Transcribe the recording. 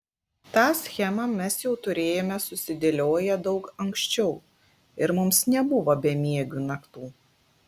tą schemą mes jau turėjome susidėlioję daug ankščiau ir mums nebuvo bemiegių naktų